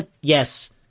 Yes